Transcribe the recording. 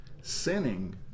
sinning